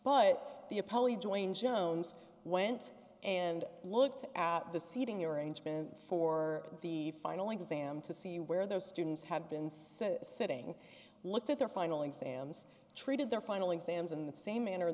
jones went and looked at the seating arrangement for the final exam to see where those students had been sent sitting looked at their final exams treated their final exams in the same manner